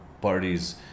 parties